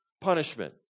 Punishment